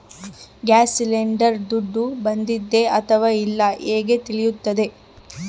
Gas cylinder ದುಡ್ಡು ಬಂದಿದೆ ಅಥವಾ ಇಲ್ಲ ಹೇಗೆ ತಿಳಿಯುತ್ತದೆ?